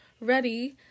ready